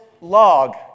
log